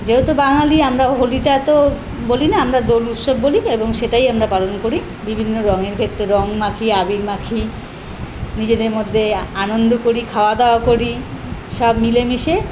যেহেতু বাঙালি আমরা হোলিতে এতো বলি না আমরা দোল উৎসব বলি তো এবং সেটাই আমরা পালন করি বিভিন্ন রঙের ভেতরে রঙ মাখি আবির মাখি নিজেদের মধ্যে আ আনন্দ করি খাওয়া দাওয়া করি সব মিলে মিশে